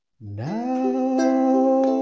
now